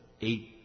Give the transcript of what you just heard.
eight